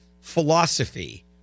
philosophy